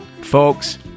Folks